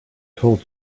told